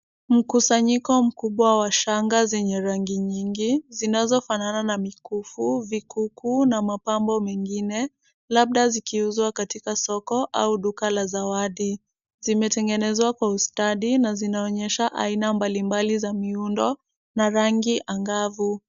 Mkusanyiko mkubwa wa shanga zenye rangi nyingi zinazofanana na mikufu, vikuku na mapambo mengine labda zikiuzwa katika soko au duka la zawadi. Zimetengenezwa kwa ustadi na zinaonyesha aina mbalimbali za miundo na rangi angavu.